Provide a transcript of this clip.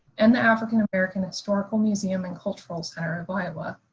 and the african american historical museum and cultural center of iowa.